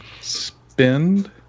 spend